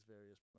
various